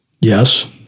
Yes